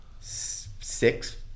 six